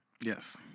Yes